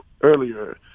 earlier